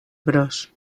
bros